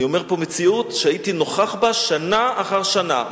אני מתאר פה מציאות שהייתי נוכח בה שנה אחר שנה,